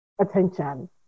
attention